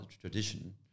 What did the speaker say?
tradition